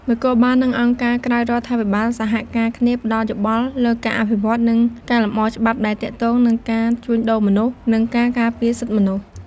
នគរបាល និងអង្គការក្រៅរដ្ឋាភិបាលសហការគ្នាផ្ដល់យោបល់លើការអភិវឌ្ឍ និងកែលម្អច្បាប់ដែលទាក់ទងនឹងការជួញដូរមនុស្ស និងការការពារសិទ្ធិមនុស្ស។